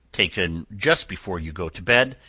taken just before you go to bed,